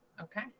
Okay